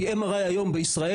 כי היום בישראל